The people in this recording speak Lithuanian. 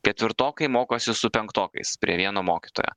ketvirtokai mokosi su penktokais prie vieno mokytojo